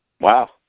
Wow